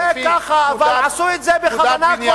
עשו את זה בכוונה.